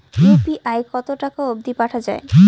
UPI কতো টাকা অব্দি পাঠা যায়?